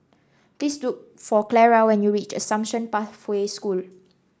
please look for Clara when you reach Assumption Pathway School